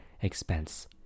expense